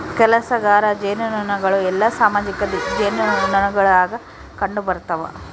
ಕೆಲಸಗಾರ ಜೇನುನೊಣಗಳು ಎಲ್ಲಾ ಸಾಮಾಜಿಕ ಜೇನುನೊಣಗುಳಾಗ ಕಂಡುಬರುತವ